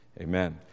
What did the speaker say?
Amen